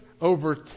over